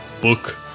book